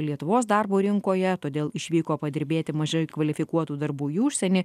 lietuvos darbo rinkoje todėl išvyko padirbėti mažai kvalifikuotų darbų į užsienį